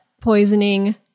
poisoning